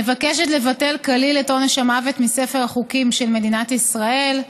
מבקשת לבטל כליל את עונש המוות מספר החוקים של מדינת ישראל,